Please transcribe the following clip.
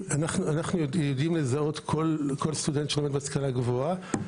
אנחנו יודעים לזהות כל סטודנט שלומד בהשכלה גבוהה,